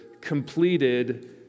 completed